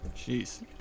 Jeez